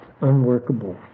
unworkable